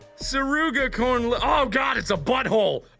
cirugia con la oh god it's a butthole